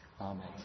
Amen